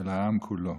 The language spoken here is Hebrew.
אלא העם כולו.